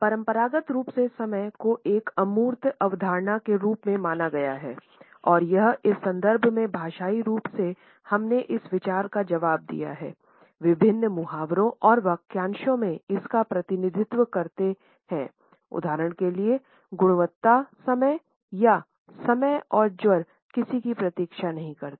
परंपरागत रूप से समय को एक अमूर्त अवधारणा के रूप में माना गया है और यह इस संदर्भ में भाषाई रूप से हमने इस विचार का जवाब दिया है विभिन्न मुहावरों और वाक्यांश में इसका प्रतिनिधित्व करते हैं उदाहरण के लिए गुणवत्ता समय या समय और ज्वार किसी की प्रतीक्षा नहीं करते